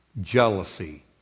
jealousy